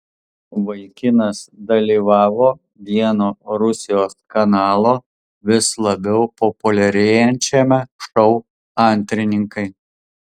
vaikinas dalyvavo vieno rusijos kanalo vis labiau populiarėjančiame šou antrininkai